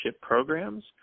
programs